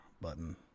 button